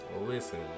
listen